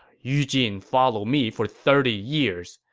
yu jin followed me for thirty years,